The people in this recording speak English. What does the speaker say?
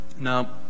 Now